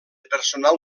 personal